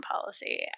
policy